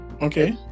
Okay